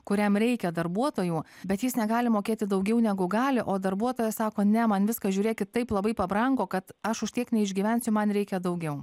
kuriam reikia darbuotojų bet jis negali mokėti daugiau negu gali o darbuotojas sako ne man viskas žiūrėkit taip labai pabrango kad aš vis tiek neišgyvensiu man reikia daugiau